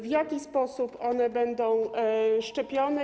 W jaki sposób one będą szczepione?